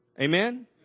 Amen